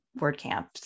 WordCamps